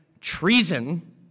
treason